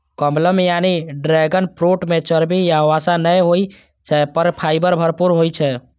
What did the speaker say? कमलम यानी dragon fruit मे चर्बी या वसा नै होइ छै, पर फाइबर भरपूर होइ छै